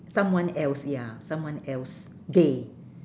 someone else ya someone else day